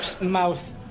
mouth